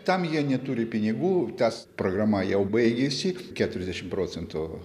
tam jie neturi pinigų tas programa jau baigėsi keturiasdešim procentų